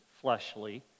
fleshly